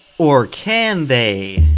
or can they?